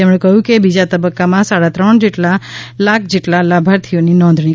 તેમણે કહ્યું કે બીજા તબક્કામાં સાડા ત્રણ લાખ જેટલા લાભાર્થીઓએ નોંધણી કરી છે